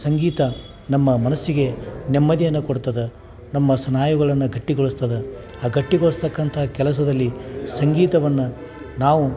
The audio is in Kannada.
ಸಂಗೀತ ನಮ್ಮ ಮನಸ್ಸಿಗೆ ನೆಮ್ಮದಿಯನ್ನು ಕೊಡ್ತದೆ ನಮ್ಮ ಸ್ನಾಯುಗಳನ್ನು ಗಟ್ಟಿಗೊಳಿಸ್ತದೆ ಆ ಗಟ್ಟಿಗೊಳಿಸತಕ್ಕಂಥ ಕೆಲಸದಲ್ಲಿ ಸಂಗೀತವನ್ನು ನಾವು